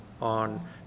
on